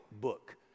book